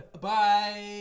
bye